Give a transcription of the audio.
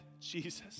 Jesus